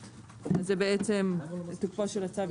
אז זה בעצם תוקפו של הצו יכול להיות?